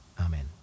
Amen